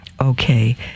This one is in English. Okay